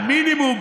המינימום,